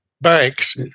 banks